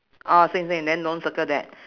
ah same same then don't circle that